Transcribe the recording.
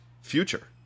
future